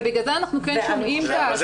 בגלל זה אנחנו כן שומעים את ה- -- זה